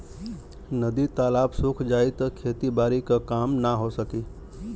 नदी तालाब सुख जाई त खेती बारी क काम ना हो सकी